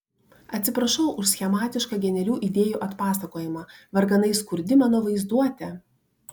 atsiprašau už schematišką genialių idėjų atpasakojimą varganai skurdi mano vaizduotė